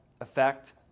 effect